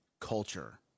culture